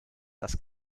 das